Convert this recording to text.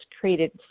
created